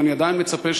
ואני עדיין מצפה,